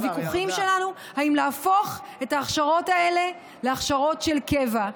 הוויכוחים שלנו אם להפוך את ההכשרות האלה להכשרות של קבע,